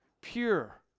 pure